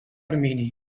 termini